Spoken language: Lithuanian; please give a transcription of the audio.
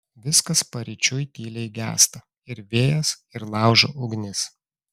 viskas paryčiui tyliai gęsta ir vėjas ir laužo ugnis